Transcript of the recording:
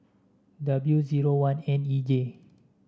W zero one N E J